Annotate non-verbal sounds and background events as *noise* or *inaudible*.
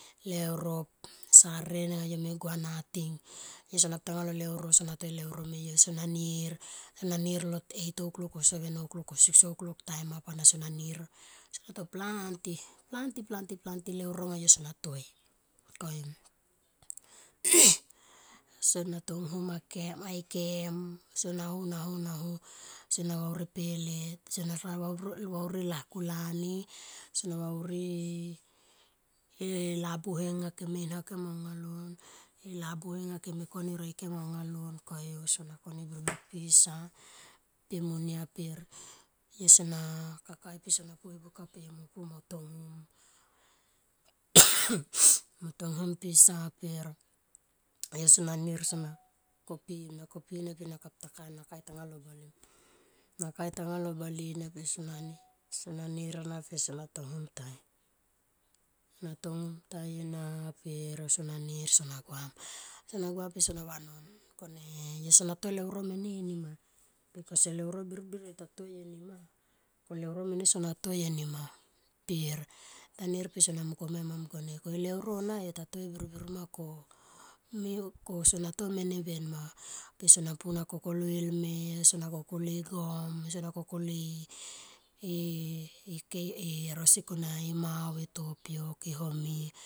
Leuro. Sarere nama nga yome gua nating yo sona putanga lo leuro so na to e leuro me yo sona nir, sona nir lo eigth oclock or seven oclock or six oclock time up ana sona nir sona to planti, planti, planti, planti leuro anga yosona toi koyu *noise* sona tonghum aikem sona honahonaho sona vauri e pelet sona vauri lakulani sona vauri e labuhe nga kem me inha kem aungaloi e labuhe nga kem me kem e roikem aungaloi koyu sona koni e birbir pisa pe monia per yo sona kakai per sona poe buka pe yo mo pu mo tonghum *noise* mo tonghum pisa per yosona nir sona kopi i na kopi i naper na kae tanga lo bale na kae tangalo bale na per sona nir ena per sona tonghum tai na tonghum tai ena per yosona nir per sona gua yosona gua per sona vanon kone yosona to leuro mene nima lakos e leuro birbir yotatoi enama lo leuro mene yo sona toi enima per tanie per sona mungkomia ma mkone koe leuro na yotoi birbir ma ko yo sona to mene ben ma kosona pu na kokoloi e lme sona kokoloi go mo sona kokoloi rosi kona e mao e tapiok e home.